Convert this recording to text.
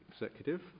executive